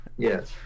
Yes